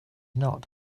not